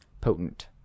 potent